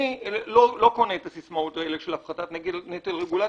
אני לא קונה את הסיסמאות הזאת של הפחתת נטל הרגולציה.